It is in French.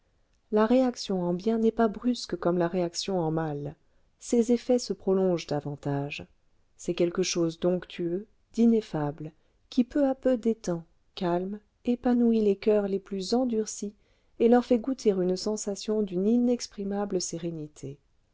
la réaction en bien n'est pas brusque comme la réaction en mal ses effets se prolongent davantage c'est quelque chose d'onctueux d'ineffable qui peu à peu détend calme épanouit les coeurs les plus endurcis et leur fait goûter une sensation d'une inexprimable sérénité